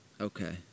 Okay